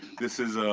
this is,